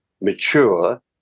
mature